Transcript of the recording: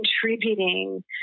contributing